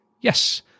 yes